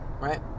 right